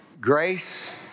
grace